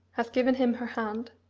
has given him her hand.